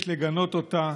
יש לגנות אותה,